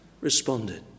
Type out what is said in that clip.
responded